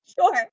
Sure